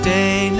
day